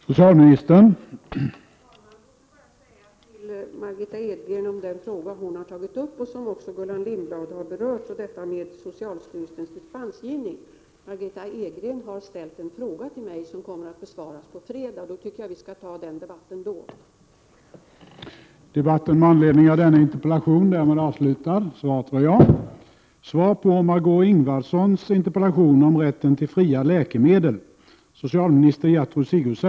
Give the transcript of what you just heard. Herr talman! Låt mig bara säga till Margitta Edgren beträffande den fråga som hon har tagit upp och som även Gullan Lindblad har berört, nämligen socialstyrelsens dispensgivning, att Margitta Edgren ju har ställt en fråga härom till mig. Den kommer att besvaras på fredag, och jag tycker att vi skall ta den debatten då.